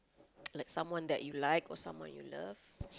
like someone that you like or someone you love